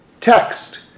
text